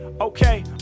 Okay